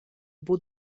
buca